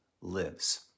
lives